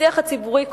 השיח הציבורי,